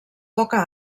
poca